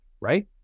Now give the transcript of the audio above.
Right